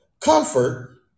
Comfort